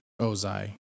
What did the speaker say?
Ozai